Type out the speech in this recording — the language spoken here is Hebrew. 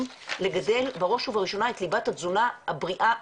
לגדל בראש ובראשונה את ליבת התזונה הבריאה,